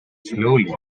slowly